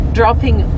dropping